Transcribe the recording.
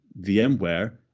VMware